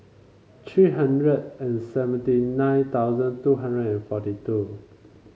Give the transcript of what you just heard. three hundred and seventy nine thousand two hundred and forty two